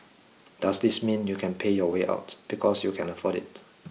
does this mean you can pay your way out because you can afford it